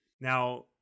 Now